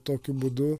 tokiu būdu